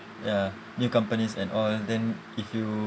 ya new companies and all then if you